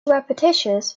repetitious